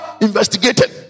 investigated